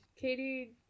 Katie